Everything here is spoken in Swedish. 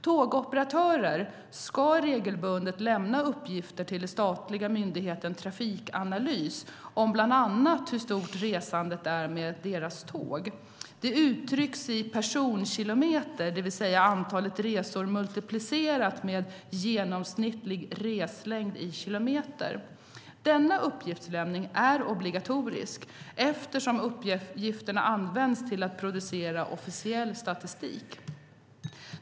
Tågoperatörer ska regelbundet lämna uppgifter till den statliga myndigheten Trafikanalys om bland annat hur stort resandet är med deras tåg. Det uttrycks i personkilometer, det vill säga antalet resor multiplicerat med genomsnittlig reslängd i kilometer. Denna uppgiftslämning är obligatorisk eftersom uppgifterna används till att producera officiell statistik.